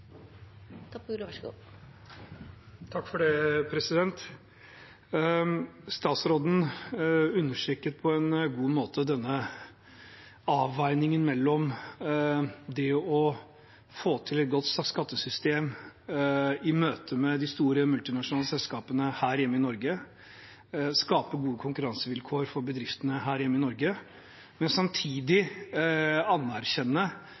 Statsråden understreket på en god måte denne avveiningen mellom det å få til et godt skattesystem i møte med de store multinasjonale selskapene her hjemme i Norge, skape gode konkurransevilkår for bedriftene her hjemme i Norge, og samtidig anerkjenne